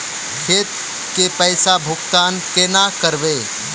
खेत के पैसा भुगतान केना करबे?